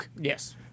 Yes